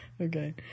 Okay